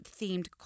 themed